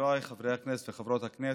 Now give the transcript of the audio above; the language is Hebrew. חבריי חברי הכנסת וחברות הכנסת.